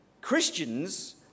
Christians